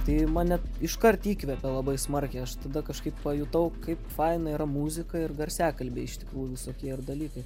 tai mane iškart įkvėpė labai smarkiai aš tada kažkaip pajutau kaip faina yra muzika ir garsiakalbiai iš tikrųjų visokie ir dalykai